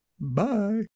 bye